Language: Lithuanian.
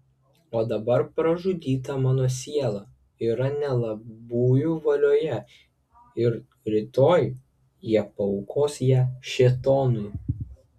o dabar pražudyta mano siela yra nelabųjų valioje ir rytoj jie paaukos ją šėtonui